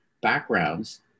backgrounds